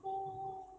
oh